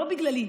לא בגללי,